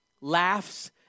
laughs